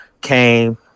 came